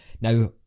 Now